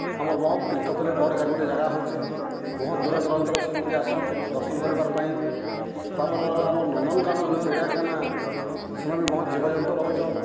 ଆମର୍ ବହୁତ୍ ତୀର୍ଥଥିଲେ ବଡ଼୍ ଗୁଟେ ଜାଗା ହଉଚେ ବହୁତ୍ ଦୂର ଦୁରାନ୍ତର ସେନିକେ ଆଏସନ୍ ଦର୍ଶନ କରିବାର୍ ପାଇଁ ତାପରେ ହେଲା ଆମର୍ ନନ୍ଦନ୍କାନନ୍ ଚିଡ଼ିଆଖାନା ସେନ ବି ବହୁତ୍ ଜୀବଜନ୍ତୁ ରହୁଚନ୍